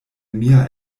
mia